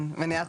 כן, מניעת